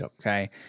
Okay